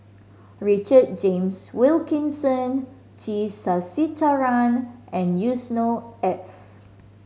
Richard James Wilkinson T Sasitharan and Yusnor Ef